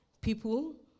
people